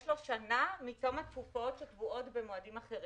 יש לו שנה מתום התקופות שקבועות במועדים אחרים.